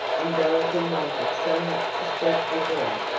and dorothy wanted so much to speak with them,